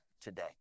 today